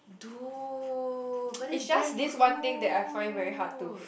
dude but that's damn rude